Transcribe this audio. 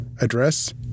Address